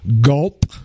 gulp